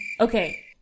Okay